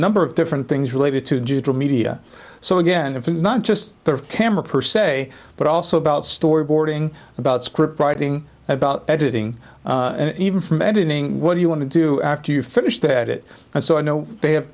number of different things related to digital media so again if it's not just the camera per se but also about storyboarding about script writing about editing and even from editing what do you want to do after you finished at it and so i know they have